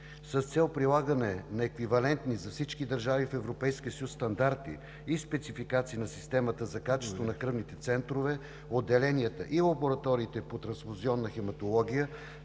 С цел прилагане на еквивалентни за всички държави в Европейския съюз стандарти и спецификации на системата за качество на кръвните центрове, отделенията и лабораториите по трансфузионна хематология